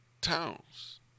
towns